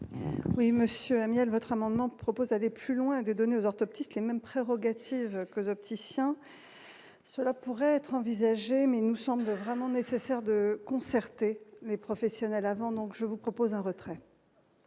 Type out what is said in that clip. Oui monsieur la mienne votre amendement propose aller plus loin, de donner aux orthoptistes les mêmes prérogatives les opticiens, cela pourrait être envisagé, mais nous sommes vraiment nécessaire de concerter les professionnels avant donc je vous propose un retrait.